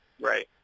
Right